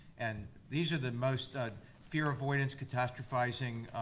and these are the most, ah fear-avoidance, catastrophizing,